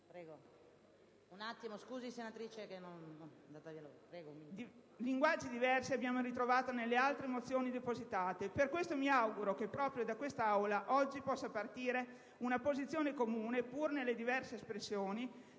linguaggi diversi, abbiamo ritrovato nelle altre mozioni depositate. Per questo mi auguro che proprio da quest'Aula oggi possa partire una posizione comune, pur nelle diverse espressioni.